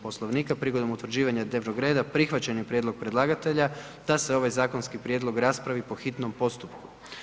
Poslovnika prigodom utvrđivanja dnevnog reda prihvaćen je prijedlog predlagatelja da se ovaj zakonski prijedlog raspravi po hitnom postupku.